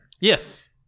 Yes